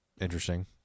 Interesting